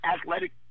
athletic